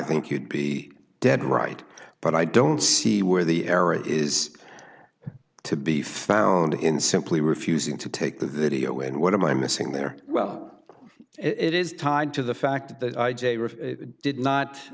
think you'd be dead right but i don't see where the error is to be found in simply refusing to take the video and what am i missing there well it is tied to the fact that i did not